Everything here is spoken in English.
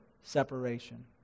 separation